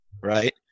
right